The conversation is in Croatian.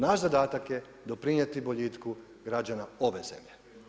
Naš zadatak je doprinijeti boljitku građana ove zemlje.